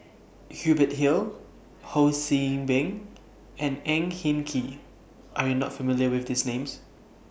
Hubert Hill Ho See Beng and Ang Hin Kee Are YOU not familiar with These Names